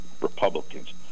Republicans